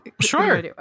Sure